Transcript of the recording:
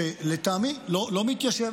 שלטעמי לא מתיישב,